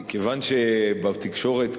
כיוון שבתקשורת,